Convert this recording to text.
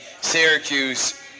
Syracuse